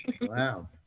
Wow